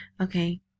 Okay